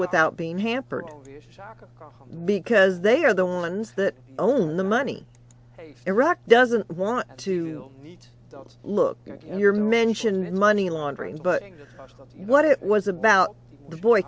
without being hampered because they are the ones that own the money iraq doesn't want to look your mention in money laundering but what it was about the boy